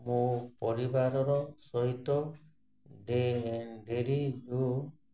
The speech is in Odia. ମୋ ପରିବାରର ସହିତ ଡେ ଡେରିରୁ